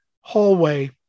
hallway